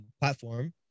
platform